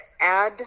add